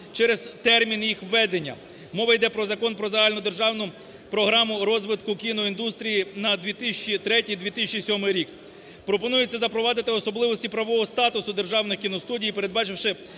через термін їх введення, мова йде про Закон "Про загальнодержавну програму розвитку кіноіндустрії на 2003-2007 рік". Пропонується запровадити особливості правового статусу державних кіностудій, передбачивши